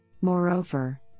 Moreover